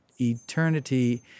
eternity